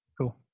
cool